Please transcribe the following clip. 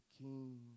king